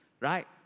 right